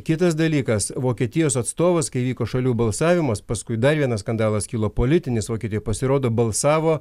kitas dalykas vokietijos atstovas kai vyko šalių balsavimas paskui dar vienas skandalas kilo politinis vokietijoj pasirodo balsavo